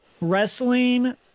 wrestling